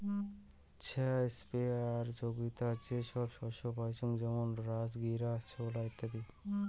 ছাস্থ্যোপযোগীতা যে সব শস্য পাইচুঙ যেমন রাজগীরা, ছোলা ইত্যাদি